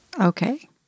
Okay